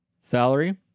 Salary